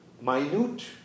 minute